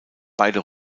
beide